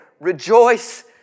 Rejoice